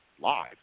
live